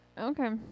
Okay